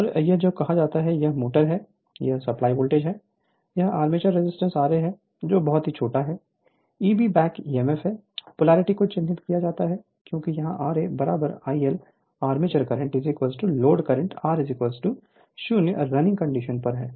और यह जो कहा जाता है यह मोटर है यह सप्लाई वोल्टेज है यह आर्मेचर रेजिस्टेंस ra है जो बहुत छोटा है Eb बैक ईएमएफ है पोलैरिटी को चिह्नित किया जाता है क्योंकि यहां ra बराबर IL armature current load current r 0 running condition पर है